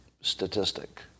statistic